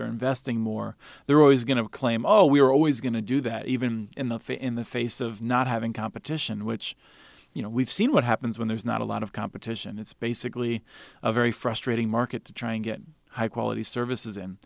they're investing more they're always going to claim oh we're always going to do that even in the face in the face of not having competition which you know we've seen what happens when there's not a lot of competition it's basically a very frustrating market to try and get high quality services and